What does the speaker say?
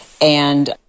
And-